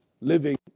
living